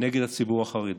נגד הציבור החרדי.